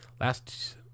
Last